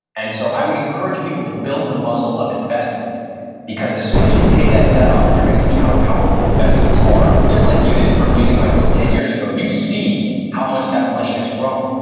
and so, i would encourage people to build the muscle of investing because as soon as you pay that debt off you're going to see how powerful investments are. just like you did from using my book ten years ago. you see how much that money has grown.